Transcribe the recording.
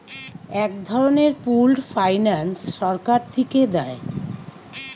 এক ধরনের pooled finance সরকার থিকে দেয়